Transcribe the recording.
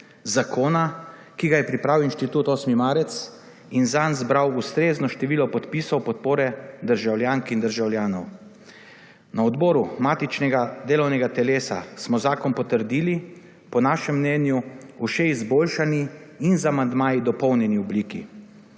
zakona, ki ga je pripravil Inštitut 8. marec in zanj zbral ustrezno število podpisov podpore državljank in državljanov. Na odboru matičnega delovnega telesa smo zakon potrdili, po našem mnenju, v še izboljšani in z amandmaji dopolnjeni obliki.